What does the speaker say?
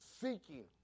seeking